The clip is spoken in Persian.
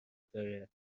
داره